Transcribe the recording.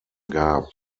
gab